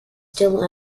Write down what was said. still